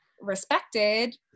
respected